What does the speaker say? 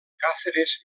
càceres